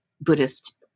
Buddhist